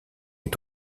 est